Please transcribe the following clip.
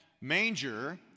manger